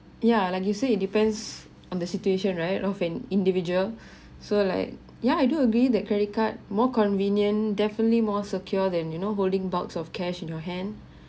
yeah like you said it depends on the situation right of an individual so like ya I do agree that credit card more convenient definitely more secure than you know holding box of cash in your hand